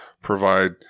provide